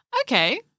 Okay